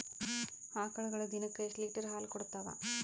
ಆಕಳುಗೊಳು ದಿನಕ್ಕ ಎಷ್ಟ ಲೀಟರ್ ಹಾಲ ಕುಡತಾವ?